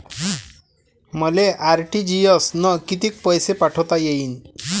मले आर.टी.जी.एस न कितीक पैसे पाठवता येईन?